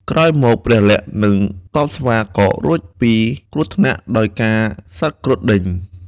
ក្រោយមក ព្រះលក្សណ៍ និងទព័ស្វា ក៏រួចពីគ្រោះថ្នាក់ ដោយការសត្វគ្រុឌដេញ។